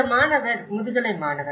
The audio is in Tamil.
இந்த மாணவர் முதுகலை மாணவர்